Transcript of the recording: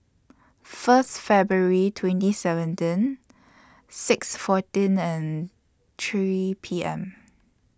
First February twenty seventeen six fourteen and three P M